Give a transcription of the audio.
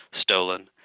stolen